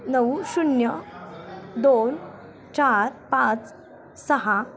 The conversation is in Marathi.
नऊ शून्य दोन चार पाच सहा